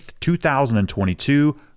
2022